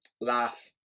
laugh